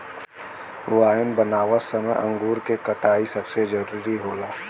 wine बनावत समय अंगूर क कटाई सबसे जरूरी होला